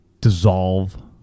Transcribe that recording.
dissolve